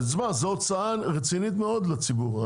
ההוצאה על מכוניות זאת הוצאה רצינית על הציבור.